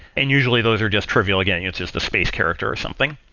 and usually those are just trivial. again, it's just a space character or something.